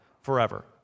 forever